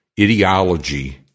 ideology